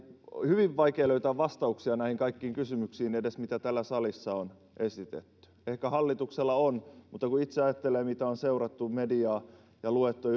hyvin vaikea löytää vastauksia edes kaikkiin näihin kysymyksiin mitä täällä salissa on esitetty ehkä hallituksella on mutta kun itse ajattelee mitä on seurattu mediaa ja luettu